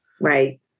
Right